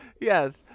Yes